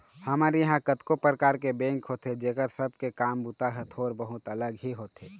हमर इहाँ कतको परकार के बेंक होथे जेखर सब के काम बूता ह थोर बहुत अलग ही होथे